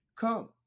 Come